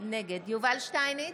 נגד יובל שטייניץ,